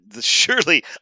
Surely